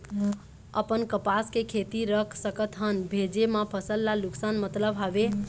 अपन कपास के खेती रख सकत हन भेजे मा फसल ला नुकसान मतलब हावे?